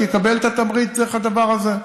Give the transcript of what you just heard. שיקבל את התמריץ דרך הדבר הזה.